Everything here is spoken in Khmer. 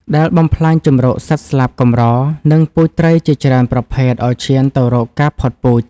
ដែលបំផ្លាញជម្រកសត្វស្លាបកម្រ និងពូជត្រីជាច្រើនប្រភេទឱ្យឈានទៅរកការផុតពូជ។